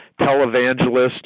televangelist